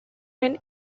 when